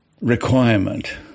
requirement